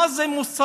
מה זה מוסר?